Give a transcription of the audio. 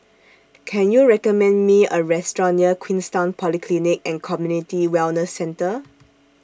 Can YOU recommend Me A Restaurant near Queenstown Polyclinic and Community Wellness Centre